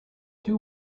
two